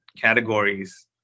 categories